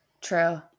True